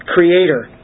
Creator